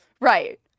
Right